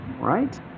right